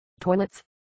toilets